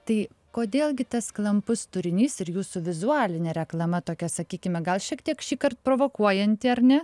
tai kodėl gi tas klampus turinys ir jūsų vizualinė reklama tokia sakykime gal šiek tiek šįkart provokuojanti ar ne